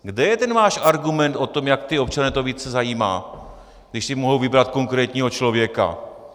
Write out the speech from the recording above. Kde je ten váš argument o tom, jak ty občany to více zajímá, když si mohou vybrat konkrétního člověka?